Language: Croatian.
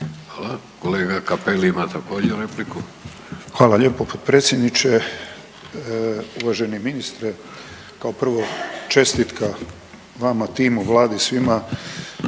Hvala. Kolega Cappelli ima također repliku. **Cappelli, Gari (HDZ)** Hvala lijepo potpredsjedniče. Uvaženi ministre, kao prvo čestitka vama, timu, Vladi, svima.